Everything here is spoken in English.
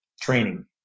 training